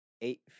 eight